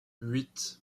huit